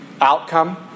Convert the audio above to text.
outcome